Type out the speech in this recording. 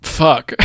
fuck